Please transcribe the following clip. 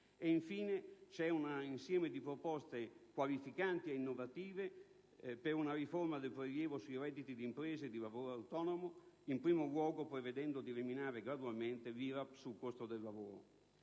ricordare un insieme di proposte qualificanti ed innovative per una riforma del prelievo sui redditi di impresa e di lavoro autonomo, in primo luogo prevedendo di eliminare, gradualmente, l'IRAP sul costo del lavoro.